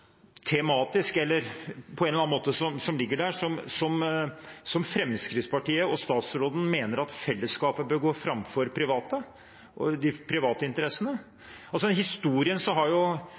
tematisk eller på annen måte – hvor Fremskrittspartiet og statsråden mener at fellesskapet bør gå foran private og de private interessene? Historisk sett har